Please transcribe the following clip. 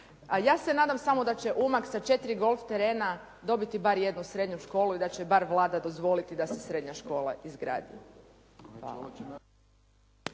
ja se nadam samo da će Umag sa četiri golf terena dobiti bar jednu srednju školu i da će bar Vlada dozvoliti da se srednja škola izgradi.